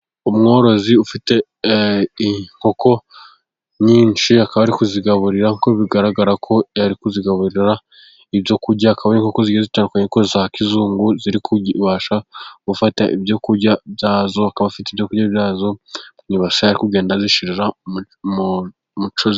Umworozi ufite inkoko nyinshi, akaba ari kuzigaburira kuko bigaragara ko ari kuzigaburira ibyo kurya bya kizungu. Akaba ari inkoko zigiye zitandukanye inkko za kizungu ziri kubasha gufata ibyo kurya byazo. akaba afite ibyokurya byazo mu ibase, akaba ari kugenda azishyirira mucyo ziriamo.